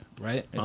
right